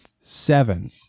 seven